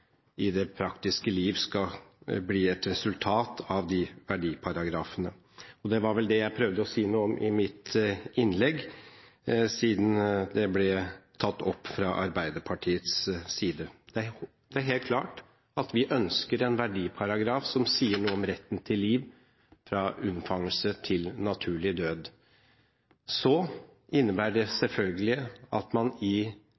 i det praktiske liv skal bli et resultat av disse verdiparagrafene. Det var vel det jeg prøvde å si noe om i mitt innlegg, siden det ble tatt opp fra Arbeiderpartiets side. Vi ønsker en verdiparagraf som sier noe om retten til liv – fra unnfangelse til naturlig død. Det innebærer selvfølgelig at man i